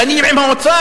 דנים עם האוצר,